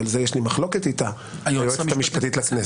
ועל זה יש לי מחלוקת עם היועצת המשפטית לכנסת.